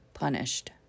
punished